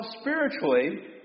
spiritually